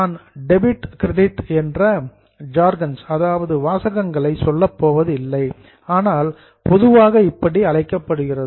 நான் debit credit என்ற jargons வாசகங்களை சொல்லப்போவதில்லை ஆனால் பொதுவாக இப்படி அழைக்கப்படுகிறது